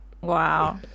Wow